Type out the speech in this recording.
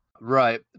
right